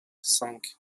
cinq